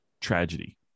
tragedy